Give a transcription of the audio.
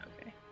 Okay